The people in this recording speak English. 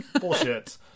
bullshit